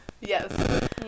Yes